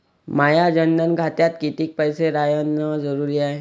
माया जनधन खात्यात कितीक पैसे रायन जरुरी हाय?